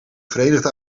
verenigde